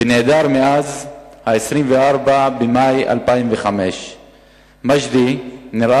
ונעדר מאז ה-24 במאי 2005. מג'די נראה